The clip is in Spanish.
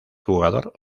jugador